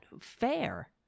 fair